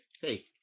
Hey